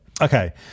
okay